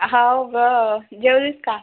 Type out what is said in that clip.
हो ग जेवलीस का